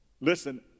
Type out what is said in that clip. Listen